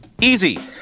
Easy